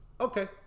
Okay